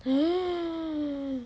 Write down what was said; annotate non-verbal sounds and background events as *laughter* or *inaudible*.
*noise*